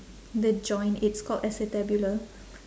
the joint it's called acetabulum